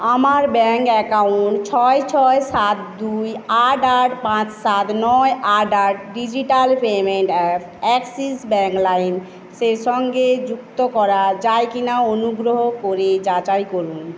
আমার bank account ছয় ছয় সাত দুই আট আট পাঁচ সাত নয় আট আট digital payment app Axis bank lime সেই সঙ্গে যুক্ত করা যায় কি না অনুগ্রহ করে যাচাই করুন